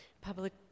public